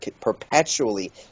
perpetually